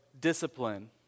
discipline